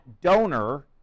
donor